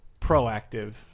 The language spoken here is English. proactive